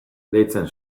deitzen